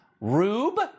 rube